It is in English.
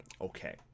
Okay